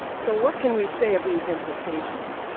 so what can we say of these implications?